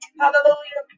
hallelujah